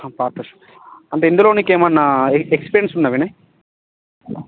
partnership అంటే ఇందులో నీకేమన్నా ఎ ఎక్స్పీరియన్స్ ఉందా వినయ్